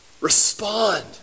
Respond